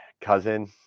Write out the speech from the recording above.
cousin